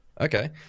okay